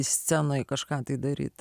scenoje kažką tai daryti